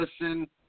listen